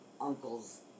uncle's